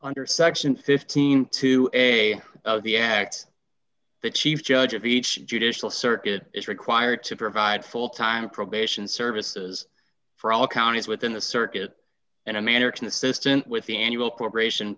under section fifteen to a the act the chief judge of each judicial circuit is required to provide full time probation services for all counties within the circuit in a manner consistent with the annual corporation